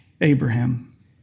Abraham